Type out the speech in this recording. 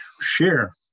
share